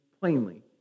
plainly